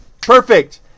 perfect